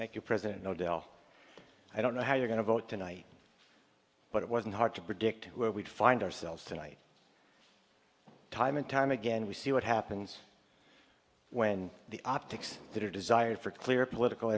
thank you president no del i don't know how you're going to vote tonight but it wasn't hard to predict where we'd find ourselves tonight time and time again we see what happens when the optics that are desired for clear political